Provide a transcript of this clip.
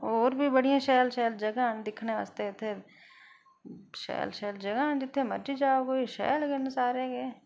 होर बी बड़ियां शैल शैल जगहां न दिक्खने आस्तै इत्थै शैल शैल जगहां न जित्थै मर्जी जा कोई शैल शैल गै न सारे गै